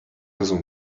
rozu